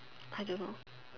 I don't know